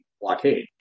blockade